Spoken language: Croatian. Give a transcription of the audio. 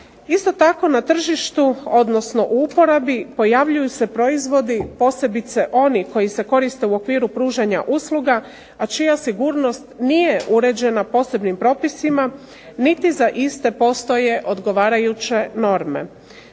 Isto tako na tržištu, odnosno u uporabi pojavljuju se proizvodi, posebice oni koji se koriste u okviru pružanja usluga, a čija sigurnost nije uređena posebnim propisima niti za iste postoje odgovarajuće norme.